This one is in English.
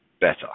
better